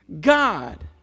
God